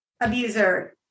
abuser